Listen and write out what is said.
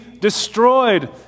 destroyed